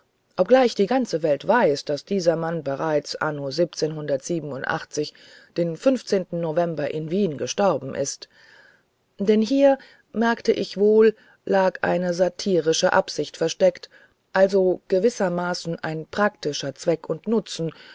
obgleich die ganze welt weiß daß dieser mann bereits anno den november in wien verstorben ist denn hier merkte ich wohl lag eine satirische absicht versteckt also gewissermaßen ein praktischer zweck und nutzen